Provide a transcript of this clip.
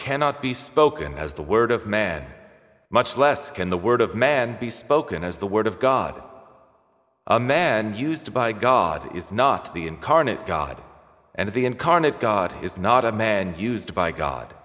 cannot be spoken as the word of man much less can the word of man be spoken as the word of god a man used by god is not the incarnate god and the incarnate god is not a man used by god